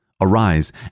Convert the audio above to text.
Arise